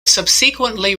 subsequently